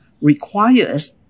requires